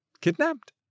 kidnapped